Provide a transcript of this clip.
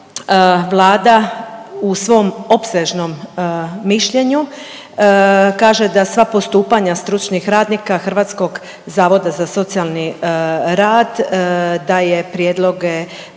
Vlada u svom opsežnom mišljenju kaže da sva postupanja stručnih radnika Hrvatskog zavoda za socijalni rad daje prijedloge